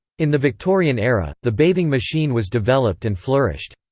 in the victorian era, the bathing machine was developed and flourished.